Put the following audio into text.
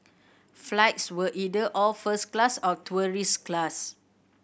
flights were either all first class or tourist class